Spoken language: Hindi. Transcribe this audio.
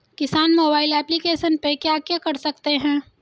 किसान मोबाइल एप्लिकेशन पे क्या क्या कर सकते हैं?